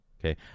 Okay